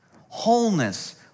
wholeness